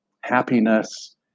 happiness